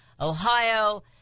Ohio